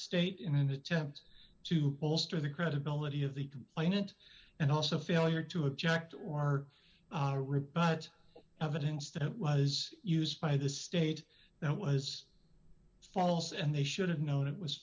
state in an attempt to bolster the credibility of the complainant and also failure to object or rebut evidence that was used by the state that was false and they should have known it was